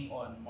on